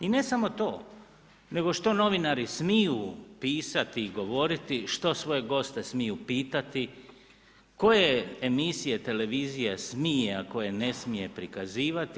I ne samo to, nego što novinari smiju pisati i govoriti, što svoje goste smiju pitati, koje emisije televizije smije a koje ne smije prikazivati.